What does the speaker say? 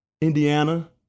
Indiana